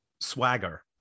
swagger